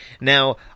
Now